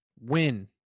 win